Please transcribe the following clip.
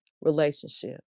relationship